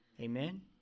Amen